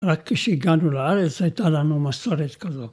רק כשהגענו לארץ הייתה לנו מסורת כזו.